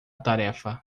tarefa